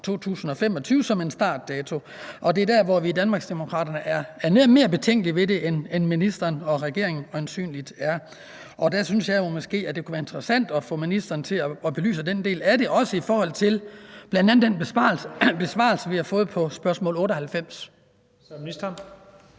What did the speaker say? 2025 som en startdato, er det dér, hvor vi i Danmarksdemokraterne er mere betænkelige ved det, end ministeren og regeringen øjensynligt er. Og der synes jeg jo, at det måske kunne være interessant at få ministeren til at belyse den del af det – også i forhold til bl.a. den besvarelse, vi har fået, af spørgsmål nr. 98. Kl.